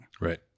Right